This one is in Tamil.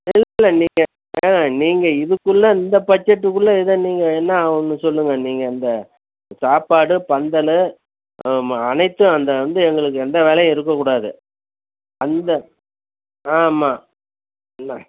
இல்லை நீங்கள் இதுக்குள்ள இந்த பட்ஜட்டுக்குள்ள இதை நீங்கள் என்ன ஆகுன்னு சொல்லுங்கள் நீங்கள் இந்த சாப்பாடு பந்தல் ஆமாம் அனைத்தும் அந்த வந்து எங்களுக்கு எந்த வேலையும் இருக்கக்கூடாது அந்த ஆமாம் என்ன